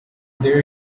there